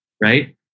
Right